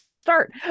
start